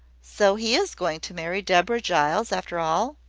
so he is going to marry deborah giles, after all?